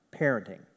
parenting